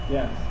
Yes